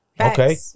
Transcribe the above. Okay